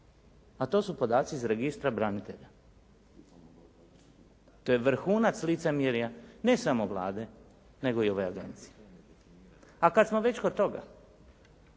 a to su podaci iz registra branitelja. To je vrhunac licemjerja ne samo Vlade, nego i ove agencije. A kad smo već kod toga